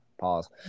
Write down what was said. pause